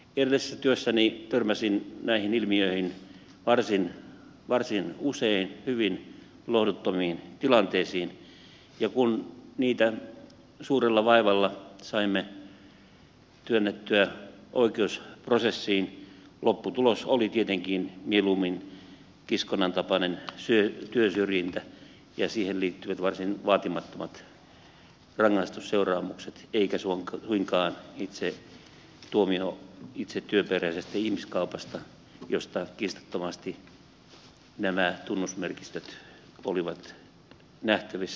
edellisessä työssäni törmäsin näihin ilmiöihin varsin usein hyvin lohduttomiin tilanteisiin ja kun niitä suurella vaivalla saimme työnnettyä oikeusprosessiin lopputulos oli tietenkin mieluummin kiskonnan tapainen työsyrjintä ja siihen liittyvät varsin vaatimattomat rangaistusseuraamukset eikä suinkaan tuomio itse työperäisestä ihmiskaupasta josta kiistattomasti nämä tunnusmerkistöt olivat nähtävissä ja todettavissa